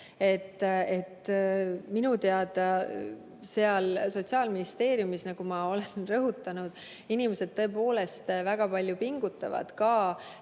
Minu teada Sotsiaalministeeriumis, nagu ma olen rõhutanud, inimesed tõepoolest väga palju pingutavad. Nad